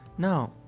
No